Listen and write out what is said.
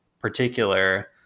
particular